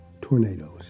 tornadoes